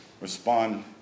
respond